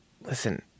listen